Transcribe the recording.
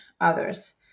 others